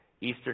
Easter